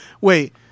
wait